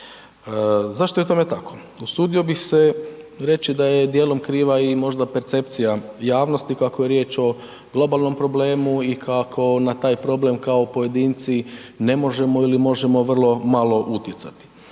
Zašto je tome tako? Usudio bih se reći da je dijelom kriva i možda percepcija javnosti kako je riječ o globalnom problemu i kako na taj problem kao pojedinci ne možemo ili možemo vrlo malo utjecati.